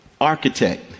architect